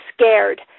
scared